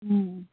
ꯎꯝ